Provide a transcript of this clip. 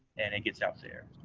and it gets out there.